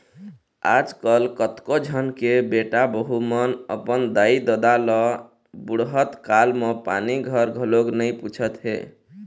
आजकल कतको झन के बेटा बहू मन अपन दाई ददा ल बुड़हत काल म पानी बर घलोक नइ पूछत हे